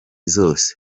zose